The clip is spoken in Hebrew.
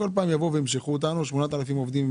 יבואו וימשכו אותנו בכל פעם.